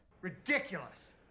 Ridiculous